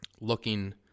looking